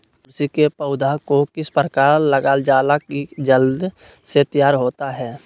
तुलसी के पौधा को किस प्रकार लगालजाला की जल्द से तैयार होता है?